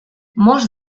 most